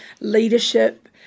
leadership